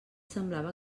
semblava